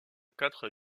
quatre